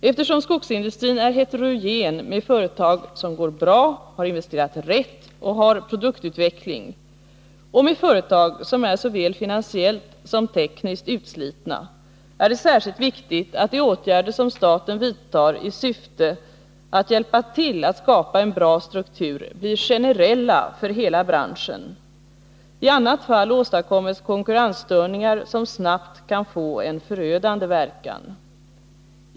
Eftersom skogsindustrin är heterogen, med företag som går bra, har investerat rätt och har produktutveckling och med företag som är såväl finansiellt som tekniskt utslitna, är det särskilt viktigt att de åtgärder som staten vidtar i syfte att hjälpa till att skapa en bra struktur blir generella för hela branschen. I annat fall åstadkoms konkurrensstörningar som snabbt kan få en förödande verkan.